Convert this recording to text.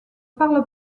parle